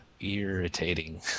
Irritating